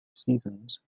seasons